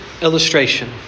illustration